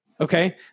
Okay